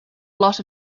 lot